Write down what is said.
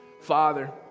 Father